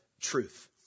truth